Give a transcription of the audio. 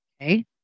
Okay